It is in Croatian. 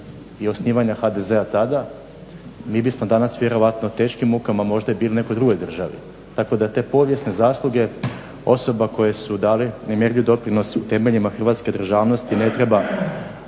i osnivanja HDZ-a tada mi bismo danas vjerojatno teškim mukama možda bili i u nekoj drugoj državi tako da te povijesne zasluge osoba koje su dale nemjerljiv doprinos temeljima hrvatske državnosti ne treba